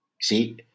see